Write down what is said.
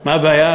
מה הבעיה?